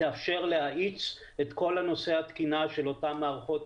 תאפשר להאיץ את כל נושא התקינה של אותן מערכות